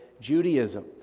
Judaism